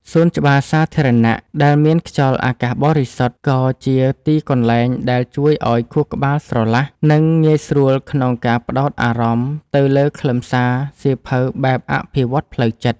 សួនច្បារសាធារណៈដែលមានខ្យល់អាកាសបរិសុទ្ធ ក៏ជាទីកន្លែងដែលជួយឱ្យខួរក្បាលស្រឡះ និងងាយស្រួលក្នុងការផ្ដោតអារម្មណ៍ទៅលើខ្លឹមសារសៀវភៅបែបអភិវឌ្ឍផ្លូវចិត្ត។